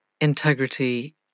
integrity